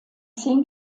zehn